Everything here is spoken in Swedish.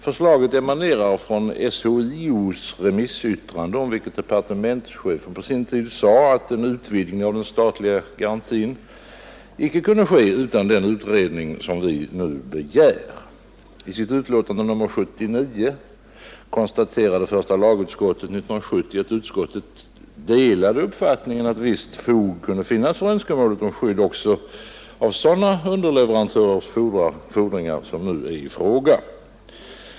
Förslaget emanerar från SHIO:s remissyttrande, med anledning av vilket departementschefen på sin tid sade, att en utvidgning av den statliga garantin ej kunde ske utan den utredning som vi nu begär. I sitt utlåtande nr 79 konstaterade första lagutskottet 1970, att utskottet delade uppfattningen att visst fog kunde finnas för önskemålet om skydd också av sådana underleverantörers fordringar som nu är i fråga.